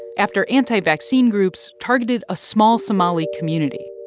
after anti-vaccine groups targeted a small somali community.